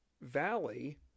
Valley